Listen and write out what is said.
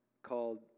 called